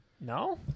no